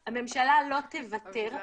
הממשלה לא תוותר -- צריך לשכנע אותה.